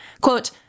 Quote